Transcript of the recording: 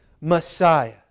Messiah